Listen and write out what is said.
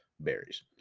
berries